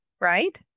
right